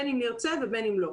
בין אם נרצה ובין אם לא,